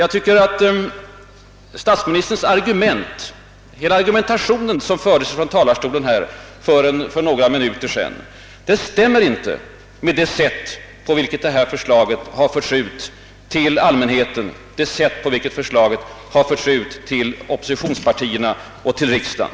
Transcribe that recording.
Hela den argumentation som statsministern förde för några minuter sedan stämmer inte med det sätt varpå förslaget har förts ut till allmänheten, till oppositionspartierna och till riksdagen.